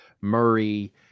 Murray